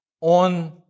on